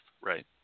right